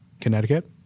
Connecticut